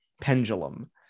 pendulum